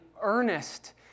earnest